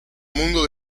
mundo